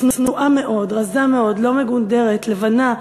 צנועה מאוד, רזה מאוד, לא מגונדרת, לבנה.